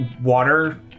water